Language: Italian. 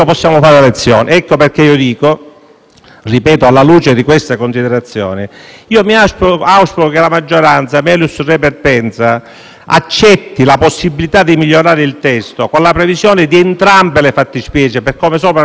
perché, alla luce di queste considerazioni, auspico che la maggioranza, *melius re perpensa*, accetti la possibilità di migliorare il testo con la previsione di entrambe le fattispecie, per come sopra argomentato: sia l'accordo sia